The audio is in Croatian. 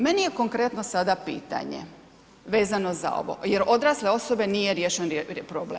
Meni je konkretno sada pitanje, vezano za ovo, jer odrasle osobe nije riješen problem.